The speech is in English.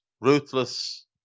ruthless